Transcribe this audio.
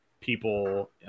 people